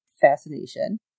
Fascination